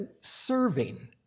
serving